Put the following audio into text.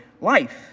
life